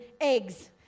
eggs